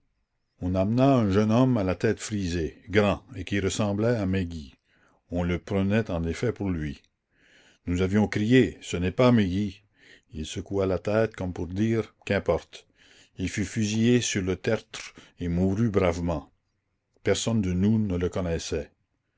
on amena un jeune homme à la tête frisée grand et qui ressemblait à mégy on le prenait en effet pour lui la commune nous avions crié ce n'est pas mégy il secoua la tête comme pour dire qu'importe il fut fusillé sur le tertre et mourut bravement personne de nous ne le connaissait